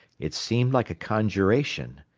it seemed like a conjuration.